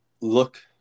look